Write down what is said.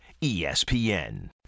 ESPN